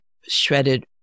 shredded